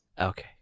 Okay